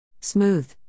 Smooth